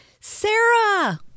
Sarah